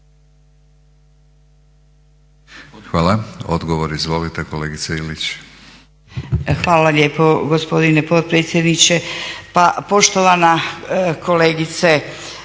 Hvala. Odgovor, izvolite kolegice Ilić. **Ilić, Marija (HSU)** Hvala lijepo gospodine potpredsjedniče. Pa poštovana kolegice,